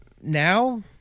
now